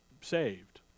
saved